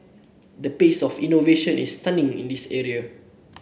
the pace of innovation is stunning in this area